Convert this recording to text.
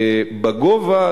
הגובה,